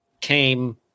came